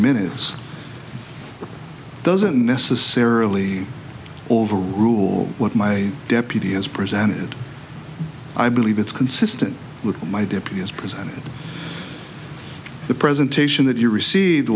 minutes doesn't necessarily overrule what my deputy has presented i believe it's consistent with what my deputy has presented the presentation that you received